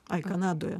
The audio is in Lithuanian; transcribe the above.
ai kanadoje